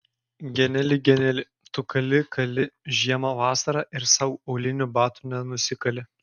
geneli geneli tu kali kali žiemą vasarą ir sau aulinių batų nenusikali